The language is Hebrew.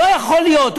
לא יכול להיות,